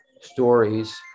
stories